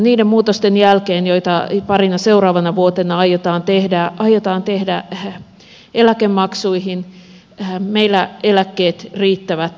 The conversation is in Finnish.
niiden muutosten jälkeen joita parina seuraavana vuotena aiotaan tehdä eläkemaksuihin meillä eläkkeet riittävät erinomaisesti